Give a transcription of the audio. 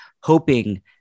hoping